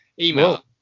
Email